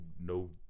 no